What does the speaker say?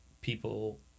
people